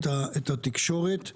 את התקשורת.